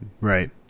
right